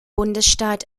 bundesstaat